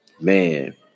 Man